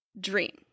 dream